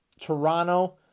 Toronto